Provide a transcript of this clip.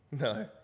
No